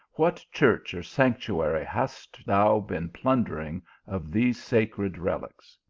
what church or sanctuary hast thou been plundering of these sacred reliques?